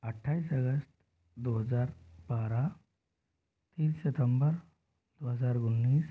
अठाईस अगस्त दो हजार बारह तीन सितंबर दो हजार उन्नीस